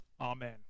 Amen